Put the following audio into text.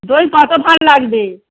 দই কত ভাঁড় লাগবে